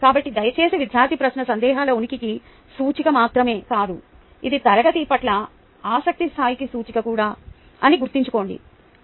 కాబట్టి దయచేసి విద్యార్థి ప్రశ్న సందేహాల ఉనికికి సూచిక మాత్రమే కాదు ఇది తరగతి పట్ల ఆసక్తి స్థాయికి సూచిక కూడా అని గుర్తుంచుకోండి కానీ